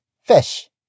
fish